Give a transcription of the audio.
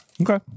Okay